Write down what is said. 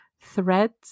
threads